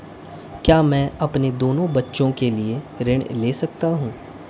क्या मैं अपने दोनों बच्चों के लिए शिक्षा ऋण ले सकता हूँ?